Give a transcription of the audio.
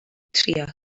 trio